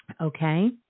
Okay